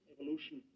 evolution